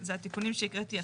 זה התיקונים שהקראתי עכשיו.